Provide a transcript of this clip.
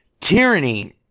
tyranny